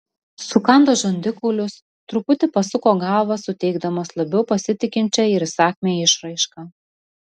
sukando žandikaulius truputį pasuko galvą suteikdamas labiau pasitikinčią ir įsakmią išraišką